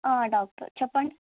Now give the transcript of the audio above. doctor చెప్పండి